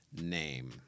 name